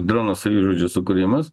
dronų savižudžių sukūrimas